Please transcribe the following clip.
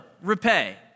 repay